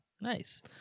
Nice